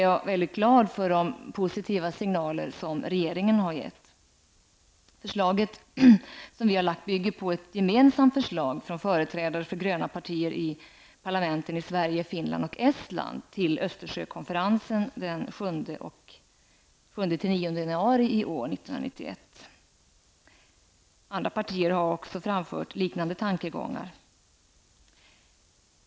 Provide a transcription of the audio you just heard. Jag är glad för de positiva signaler som regeringen har gett. Det förslag som vi har lagt fram bygger på ett gemensamt förslag från företrädare för gröna partier i parlamenten i Östersjökonferensen den 7--9 januari 1991. Andra partier har framfört liknande tankegångar.